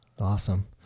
Awesome